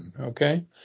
Okay